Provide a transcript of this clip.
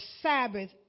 Sabbath